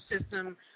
system